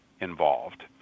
involved